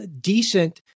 decent